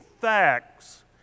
facts